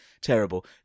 terrible